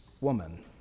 woman